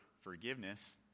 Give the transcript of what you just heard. forgiveness